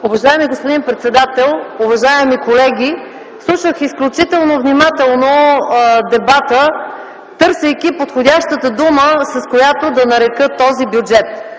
Уважаеми господин председател, уважаеми колеги! Слушах изключително внимателно дебата, търсейки подходящата дума, с която да нарека този бюджет.